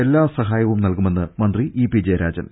എല്ലാ സഹായവും നൽകുമെന്ന് മന്ത്രി ഇ പി ജയരാജൻ